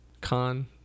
Con